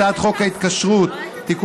כדלקמן: הצעת חוק התקשורת (תיקון,